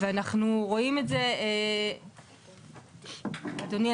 אדוני,